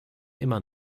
immer